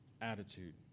attitude